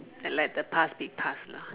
let the past be past lah